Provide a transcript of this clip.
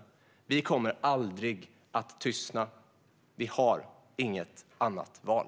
Vi kommer aldrig att tystna. Vi har inget annat val.